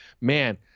man